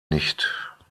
nicht